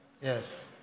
Yes